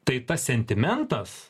tai tas sentimentas